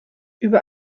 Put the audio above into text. über